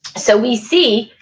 so we see,